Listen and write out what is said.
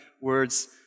words